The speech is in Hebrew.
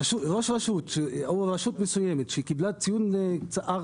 רשות מסוימת שקיבלה ציון 4,